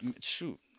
shoot